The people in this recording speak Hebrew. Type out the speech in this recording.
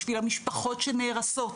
בשביל המשפחות שנהרסות,